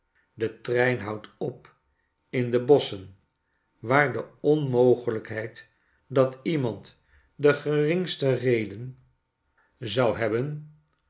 de trein houdt op in de bosschen waar de onmogelijkheid dat iemand de geringste reden zou hebben